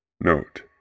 Note